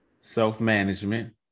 self-management